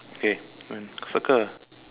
okay one circle